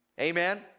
Amen